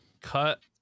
cut